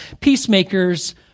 peacemakers